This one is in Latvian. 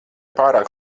pārāk